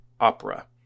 Opera